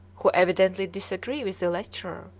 who evidently disagree with the lecturer,